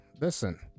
listen